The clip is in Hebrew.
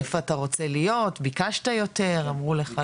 איפה אתה רוצה להיות, ביקשת יותר, אמרו לך לא?